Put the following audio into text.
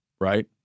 right